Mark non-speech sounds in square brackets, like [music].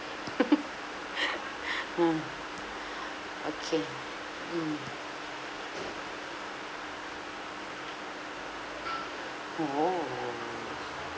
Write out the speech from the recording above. [laughs] [breath] ah [breath] okay mm oh